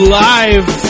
live